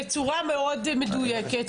והוא אמר בצורה מאוד מדויקת,